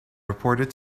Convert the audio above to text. reported